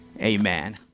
amen